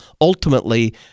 Ultimately